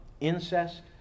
incest